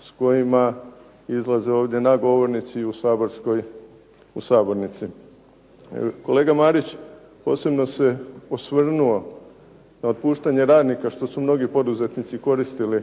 s kojima izlaze ovdje na govornici i u sabornici. Kolega Marić posebno se osvrnuo na otpuštanje radnika što su mnogi poduzetnici koristili